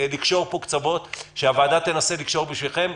לקשור פה קצוות שהוועדה תנסה לקשור בשבילכם.